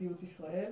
פרטיות ישראל.